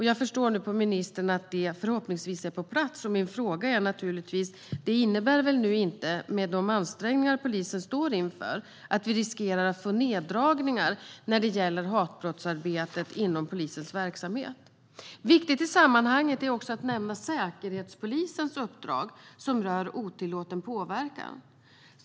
Jag förstår på ministern att detta nu är på plats, och jag vill därför fråga: Det innebär väl inte, med tanke på de ansträngningar som polisen står inför, att vi riskerar att få neddragningar när det gäller hatbrottsarbetet inom polisens verksamhet? Viktigt i sammanhanget är att nämna Säkerhetspolisens uppdrag som rör otillåten påverkan.